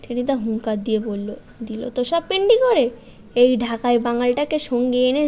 টেনিদা হুঙ্কার দিয়ে বলল দিল তো সব পিণ্ডি করে এই ঢাকাই বাঙালটাকে সঙ্গে এনে